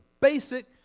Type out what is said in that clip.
basic